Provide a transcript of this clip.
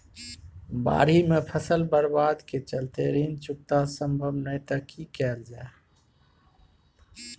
बाढि में फसल बर्बाद के चलते ऋण चुकता सम्भव नय त की कैल जा?